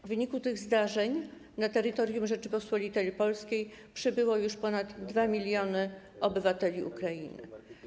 W wyniku tych zdarzeń na terytorium Rzeczypospolitej Polskiej przybyło już ponad 2 mln obywateli Ukrainy.